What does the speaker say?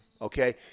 okay